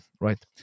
right